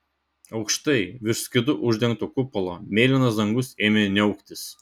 aukštai virš skydu uždengto kupolo mėlynas dangus ėmė niauktis